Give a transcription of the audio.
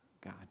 God